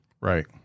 right